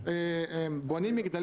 בלב